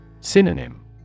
Synonym